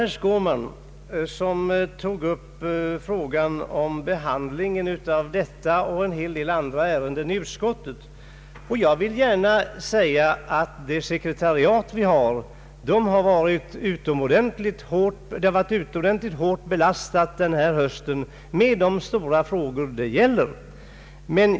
Herr Skårman tog upp frågan om behandlingen av detta och en hel del andra ärenden i utskottet. Vårt sekretariat har varit utomordentligt hårt belastat denna höst med stora frågor.